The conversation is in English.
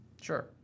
Sure